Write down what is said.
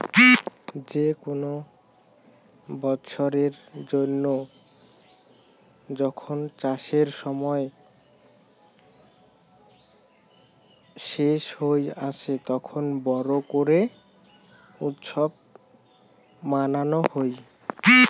যে কুন বৎসরের জন্য যখন চাষের সময় শেষ হই আসে, তখন বড় করে উৎসব মানানো হই